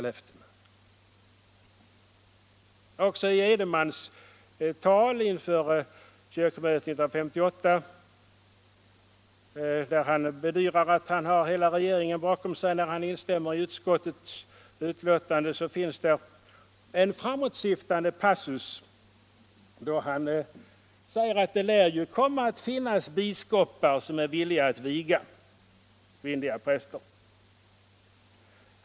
Också i Ragnar Edenmans tal inför kyrkomötet 1958, där han bedyrar att han har hela regeringen bakom sig när han instämmer i särskilda utskottets skrivning, finns det en framåtsyftande passus. Han säger nämligen att ”det lär ju komma att finnas biskopar” som är villiga att viga kvinnliga präster.